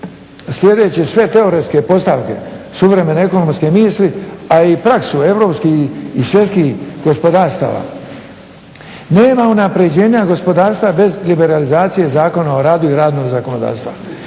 sljedeće sve teoretske postavke suvremene ekonomske misli, a i praksu europskih i svjetskih gospodarstava. Nema unapređenja gospodarstva bez liberalizacije zakona o radu i radnog zakonodavstva.